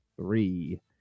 three